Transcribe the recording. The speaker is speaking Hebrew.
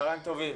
צוהריים טובים.